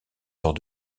tort